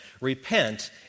Repent